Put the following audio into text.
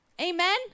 Amen